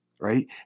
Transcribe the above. right